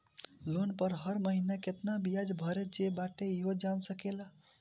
loan पअ हर महिना केतना बियाज भरे जे बाटे इहो जान सकेला